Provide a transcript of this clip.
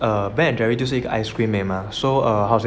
err Ben and Jerry 就是一个 ice cream 而已 mah so err how to say